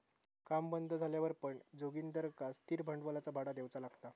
काम बंद झाल्यावर पण जोगिंदरका स्थिर भांडवलाचा भाडा देऊचा लागला